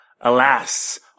Alas